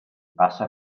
passa